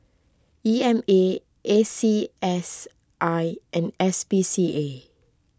E M A A C S I and S P C A